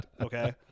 okay